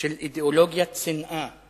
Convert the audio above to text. של אידיאולוגיית שנאה,